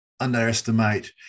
underestimate